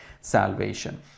salvation